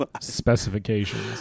Specifications